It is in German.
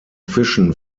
fischen